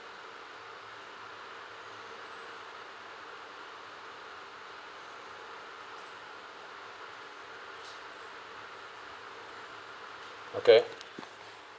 okay